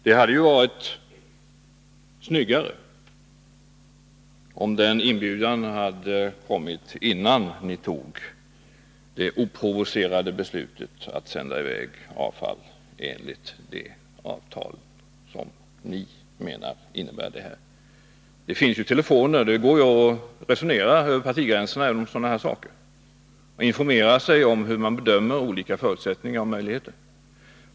Det hade emellertid var snyggare, om den inbjudan hade kommit innan ni tog det oprovocerade beslutet att sända iväg avfall enligt det avtal som ni menar innebär detta. Det finns ju telefoner. Det går att klara ut frågetecken över partigränserna även om sådana här saker och informera sig om hur man bedömer olika förutsättningar och möjligheter.